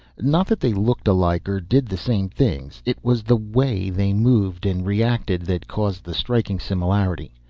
not that they looked alike or did the same things. it was the way they moved and reacted that caused the striking similarity.